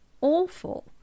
awful